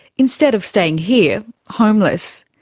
instead of staying here homeless.